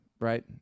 right